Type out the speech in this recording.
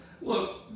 Look